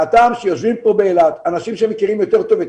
מהטעם שיושבים באילת אנשים שמכירים יותר טוב את